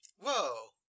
Whoa